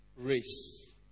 race